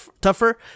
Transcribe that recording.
tougher